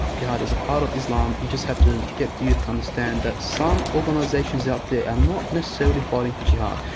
jihad is a part of islam, and you just have to get youth to understand that some organisations out there are not necessarily fighting for jihad.